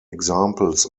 examples